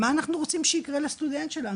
מה אנחנו רוצים שיקרה לסטודנט שלנו?